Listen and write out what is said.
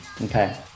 Okay